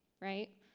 right